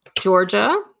Georgia